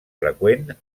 freqüent